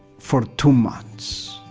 for two months.